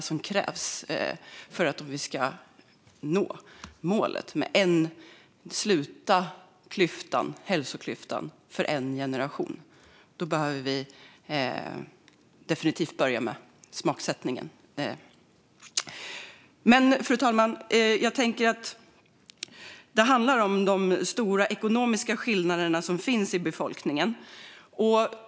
Ska vi nå målet om att sluta hälsoklyftan inom en generation behöver vi definitivt börja med smaksättningen. Fru talman! Det handlar ändå om de stora ekonomiska skillnader som finns i befolkningen.